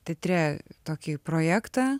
teatre tokį projektą